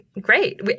great